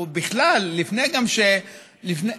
ובכלל, לפני, יש כללים.